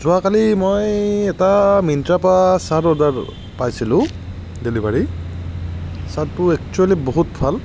যোৱাকালি মই এটা মিণ্ট্ৰাৰ পৰা চাৰ্ট অৰ্ডাৰ পাইছিলোঁ ডেলিভাৰী চাৰ্টটো একচ্যুৱেলি বহুত ভাল